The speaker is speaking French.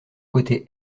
côté